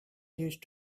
used